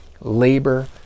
labor